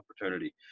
opportunity